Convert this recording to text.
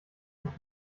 nicht